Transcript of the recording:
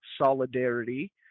solidarity